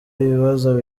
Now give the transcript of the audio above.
ibibazo